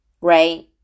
Right